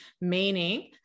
meaning